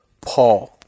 Paul